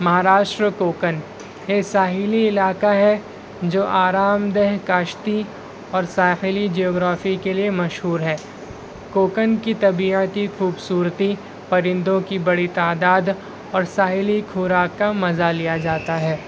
مہاراشٹر کوکن یہ ساحلی علاقہ ہے جو آرامدہ کاشتی اور ساحلی جغرفی کے لیے مشہور ہے کوکن کی طبیعتی خوبصورتی پرندوں کی بڑی تعداد اور ساحلی خوراک کا مزہ لیا جاتا ہے